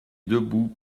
debout